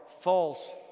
false